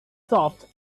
soft